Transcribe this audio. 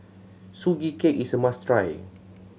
Sugee Cake is a must try